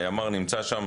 הימ"ר נמצא שם,